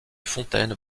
fontaine